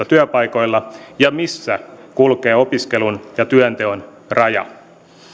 työpaikoilla ja missä kulkee opiskelun ja työnteon raja